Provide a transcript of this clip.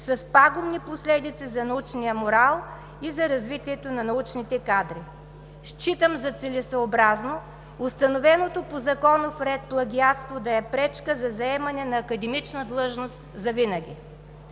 с пагубни последици за научния морал и за развитие на научните кадри. Считам за целесъобразно установеното по законов ред плагиатство да е пречка за заемане на академична длъжност завинаги.